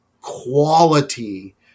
quality